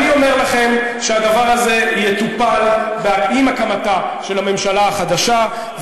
אני אומר לכם שהדבר הזה יטופל עם הקמתה של הממשלה החדשה,